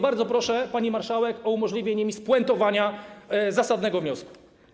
Bardzo proszę, pani marszałek, o umożliwienie mi spuentowania zasadnego wniosku.